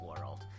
world